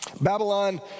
Babylon